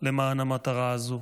למען המטרה הזו.